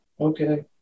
Okay